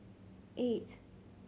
eight